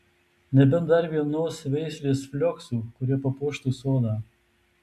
nebent dar vienos veislės flioksų kurie papuoštų sodą